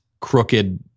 crooked